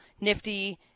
nifty